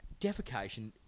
defecation